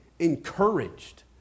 encouraged